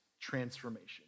transformation